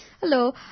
Hello